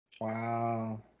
Wow